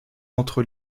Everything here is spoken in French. entre